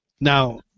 Now